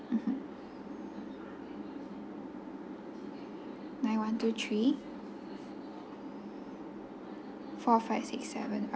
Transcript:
mmhmm nine one two three four five six seven